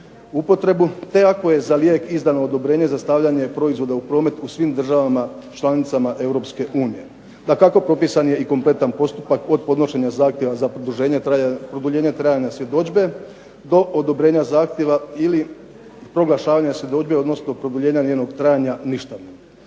te ako je za lijek izdano odobrenje za stavljanje proizvoda u promet u svim državama članicama Europske unije. Dakako, propisan je i kompletan postupak od podnošenja zahtjeva za produljenja trajanja svjedodžbe do odobrenja zahtjeva ili proglašavanja svjedodžbi odnosno produljenja njenog trajanja ništavnim.